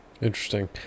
Interesting